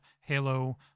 Halo